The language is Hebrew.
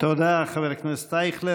תודה, חבר הכנסת אייכלר.